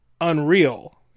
unreal